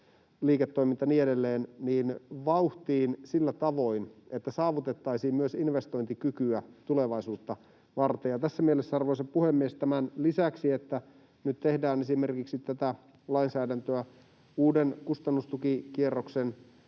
majoitusliiketoiminta ja niin edelleen — saada vauhtiin sillä tavoin, että saavutettaisiin myös investointikykyä tulevaisuutta varten. Ja tässä mielessä, arvoisa puhemies, tämän lisäksi, että nyt tehdään esimerkiksi tätä lainsäädäntöä uuden kustannustukikierroksen